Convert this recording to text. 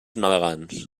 navegants